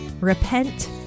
Repent